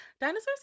dinosaurs